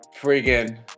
Freaking